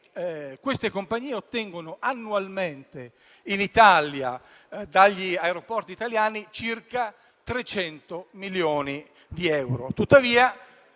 questione ottengono annualmente in Italia, dagli aeroporti italiani, circa 300 milioni di euro.